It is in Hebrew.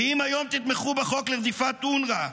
ואם היום תתמכו בחוק לרדיפת אונר"א,